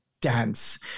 dance